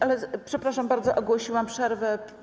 Ale przepraszam bardzo, ogłosiłam przerwę.